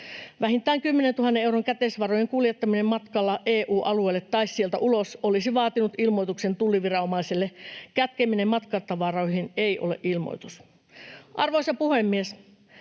Vähintään 10 000 euron käteisvarojen kuljettaminen matkalla EU-alueelle tai sieltä ulos olisi vaatinut ilmoituksen tulliviranomaiselle. Kätkeminen matkatavaroihin ei ole ilmoitus. Arvoisa puhemies!